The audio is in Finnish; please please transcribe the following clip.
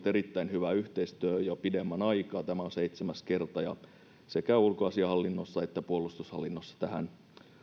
erittäin hyvä yhteistyö jo pidemmän aikaa tämä on seitsemäs kerta ja sekä ulkoasiainhallinnossa että puolustushallinnossa tähän